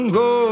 go